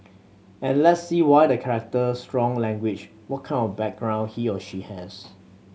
and let's see why the character strong language what kind of background he or she has